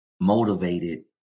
motivated